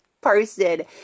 posted